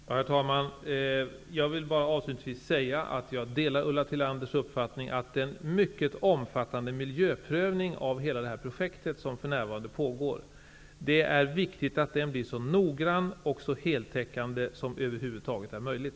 Herr talman! Jag vill avslutningsvis säga att jag delar Ulla Tillanders uppfattning att det är viktigt att den mycket omfattande miljöprövning av hela detta projekt som för närvarande pågår blir så noggrann och heltäckande som över huvud taget är möjligt.